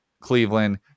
Cleveland